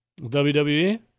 WWE